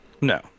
No